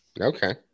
Okay